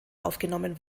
aufgenommen